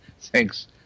Thanks